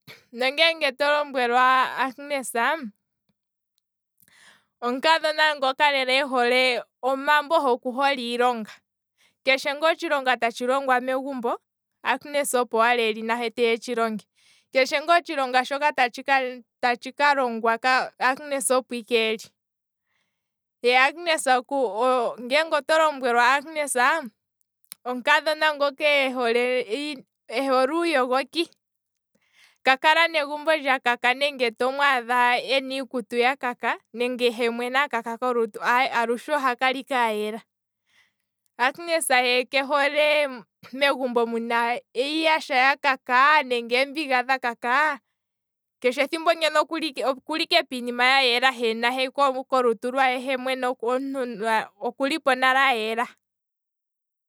Nongeenge to lombwelwa agnes omukadhona lela ngoka ehole omambo he okuhole iilonga, keshe ngaa otshilonga tatshi longwa megumbo agnes naye opo eli teya etshi longe, shika tatshiya okulongwa, agnes naye opo eli, ye agnes, ngele oto lombwelwa agnes omukadhona ngoka ehole uuyogoki, ka kalanegumbo lyakaka nenge to mwadha ena iikutu yakaka, nenge yemwene akaka kolutu, aye alushe oha kala ike ayela, agnes ye kehole megumbo muna iiyasha nenge eembiga dha kaka, keshe ethimbo ngeno okuli ike piinima ya yela he nahe kolutu lwe mwene okulipo nale ayela.